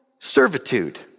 Servitude